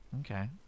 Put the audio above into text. Okay